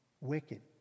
Wicked